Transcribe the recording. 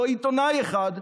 לא עיתונאי אחד,